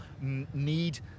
need